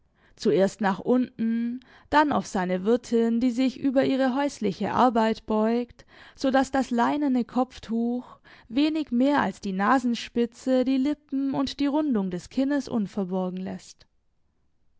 zuerst nach unten dann auf seine wirtin die sich über ihre häusliche arbeit beugt so daß das leinene kopftuch wenig mehr als die nasenspitze die lippen und die rundung des kinnes unverborgen läßt